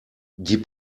die